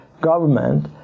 government